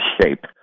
shape